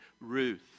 Ruth